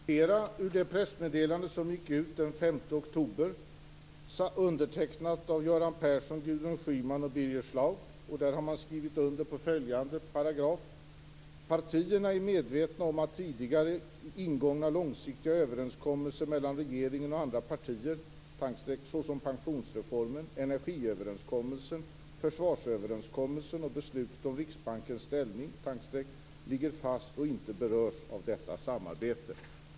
Fru talman! Jag kan läsa ur det pressmeddelande som gick ut den 5 oktober, undertecknat av Göran Persson, Gudrun Schyman och Birger Schlaug. I den har de skrivit under följande paragraf: Partierna är medvetna om att tidigare ingångna långsiktiga överenskommelser mellan regeringen och andra partier - såsom pensionsreformen, energiöverenskommelsen, försvarsöverenskommelsen och beslutet om Riksbankens ställning - ligger fast och inte berörs av detta samarbete.